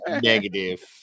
Negative